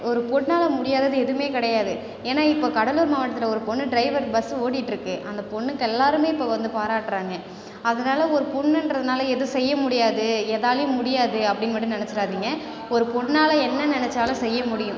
ஒரு பெண்ணால முடியாதது எதுவுமே கிடயாது ஏன்னால் இப்போ கடலூர் மாவட்டத்தில் ஒரு பெண்ணு டிரைவர் இப்போ பஸ் ஓட்டிகிட்டு இருக்குது அந்த பெண்ணுக்கு எல்லாருமே இப்போ வந்து பாராட்டுறாங்க அதனால் ஒரு பெண்ணுன்றதுனால எதுவும் செய்ய முடியாது எதாலேயும் முடியாது அப்படின்னு மட்டும் நினச்சிடாதீங்க ஒரு பெண்ணால என்ன நினச்சாலும் செய்ய முடியும்